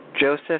Joseph